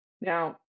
Now